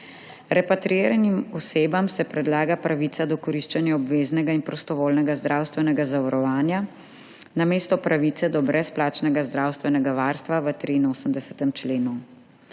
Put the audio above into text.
Repatriiranim osebam se predlaga pravica do koriščenja obveznega in prostovoljnega zdravstvenega zavarovanja namesto pravice do brezplačnega zdravstvenega varstva v 83. členu.